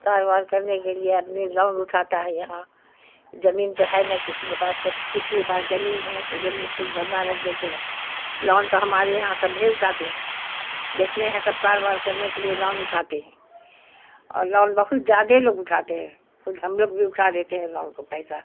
کاروبار کرنے کے لیے آدمی لون اٹھاتا ہے یہاں زمین تو ہے نہ کسی کے پاس کس کے پاس زمین ہے تو زمین سود بھرنا رکھ دیتے ہیں لون تو ہمارے یہاں سبھی اٹھاتے ہیں جتنے ہیں سب کاروبار کرنے کے لیے لون اٹھاتے ہیں اور لون بہت زیادہ لوگ اٹھاتے ہیں خود ہم لوگ بھی اٹھا دیتے ہیں لون کو پیسہ